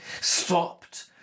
stopped